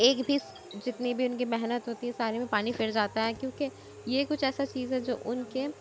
ایک بھی جتنی بھی اُن کی محنت ہوتی ہے سارے میں پانی پھیر جاتا ہے کیوں کہ یہ کچھ ایسا چیز ہے جو اُن کے